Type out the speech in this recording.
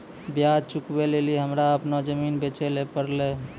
ब्याज चुकबै लेली हमरा अपनो जमीन बेचै ले पड़लै